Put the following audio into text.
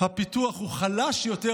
הפיתוח הוא חלש יותר,